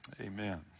amen